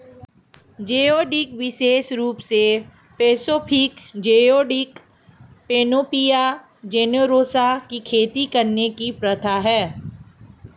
geoduck विशेष रूप से पैसिफिक जियोडक, पैनोपिया जेनेरोसा की खेती करने की प्रथा है